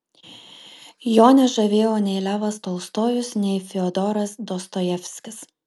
jo nežavėjo nei levas tolstojus nei fiodoras dostojevskis